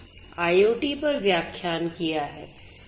IoT पर व्याख्यान किया है